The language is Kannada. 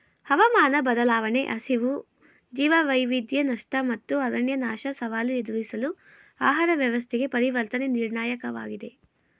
ಹವಾಮಾನ ಬದಲಾವಣೆ ಹಸಿವು ಜೀವವೈವಿಧ್ಯ ನಷ್ಟ ಮತ್ತು ಅರಣ್ಯನಾಶ ಸವಾಲು ಎದುರಿಸಲು ಆಹಾರ ವ್ಯವಸ್ಥೆಗೆ ಪರಿವರ್ತನೆ ನಿರ್ಣಾಯಕವಾಗಿದೆ